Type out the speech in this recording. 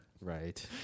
Right